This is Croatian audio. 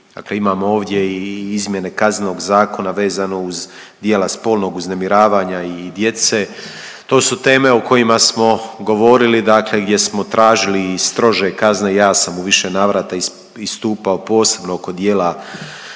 Dakle, imamo ovdje i izmjene Kaznenog zakona vezano uz djela spolnog uznemiravanja i djece. To su teme o kojima smo govorili, dakle gdje smo tražili i strože kazne. Ja sam u više navrata istupao posebno oko djela,